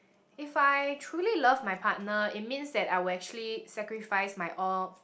if I truly love my partner it means that I'll actually sacrifices my all